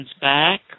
back